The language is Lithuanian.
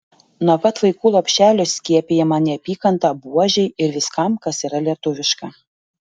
nuo pat vaikų lopšelio skiepijama neapykanta buožei ir viskam kas yra lietuviška